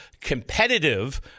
competitive